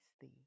thee